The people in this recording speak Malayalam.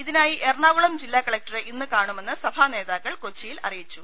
ഇതിനായി എറണാകുളം ജില്ലാ കലക്ടറെ ഇന്ന് കാണുമെന്ന് സഭാനേതാക്കൾ കൊച്ചി യിൽ അറിയിച്ചു